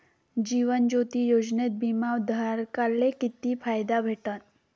जीवन ज्योती योजनेत बिमा धारकाले किती फायदा भेटन?